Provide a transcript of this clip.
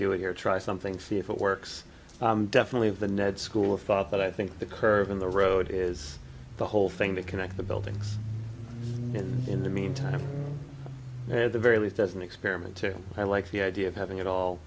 do it here try something see if it works i'm definitely of the ned school of thought but i think the curve in the road is the whole thing to connect the buildings and in the meantime had the very least dozen experiments i like the idea of having it all